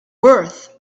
worth